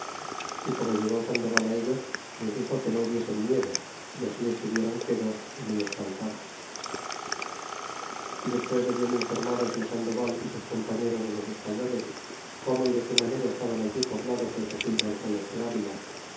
y como llegó sandoval ellos les dixo que no hubiesen miedo y así estuvieron quedos y muy espantados y despues de bien informados el sandoval y sus compañeros de los españoles cómo y de qué manera estaban allí poblados lee de gil gonzalez de avila